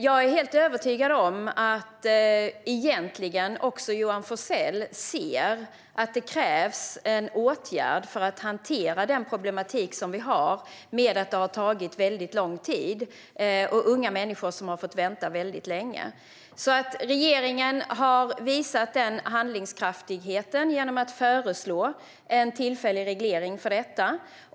Jag är helt övertygad om att också Johan Forssell egentligen ser att det krävs en åtgärd för att hantera problematiken med att det har tagit väldigt lång tid att få svar på asylansökningar. Unga människor har fått vänta väldigt länge. Regeringen har visat handlingskraft genom att föreslå en tillfällig reglering för denna grupp.